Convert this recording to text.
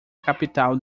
capital